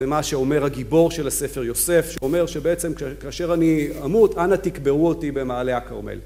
זה מה שאומר הגיבור של הספר יוסף שאומר שבעצם כאשר אני אמות אנא תקברו אותי במעלה הכרמל